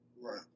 Right